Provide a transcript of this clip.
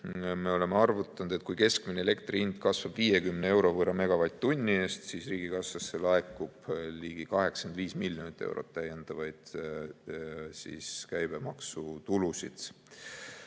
me oleme arvutanud, et kui keskmine elektri hind kasvab 50 euro võrra megavatt-tunni eest, siis riigikassasse laekub ligi 85 miljonit eurot täiendavaid käibemaksutulusid.